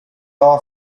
all